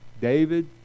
David